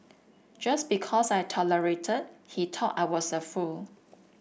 just because I tolerated he thought I was a fool